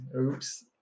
oops